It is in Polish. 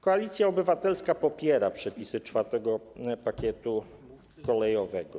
Koalicja Obywatelska popiera przepisy IV pakietu kolejowego.